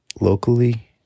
locally